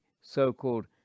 so-called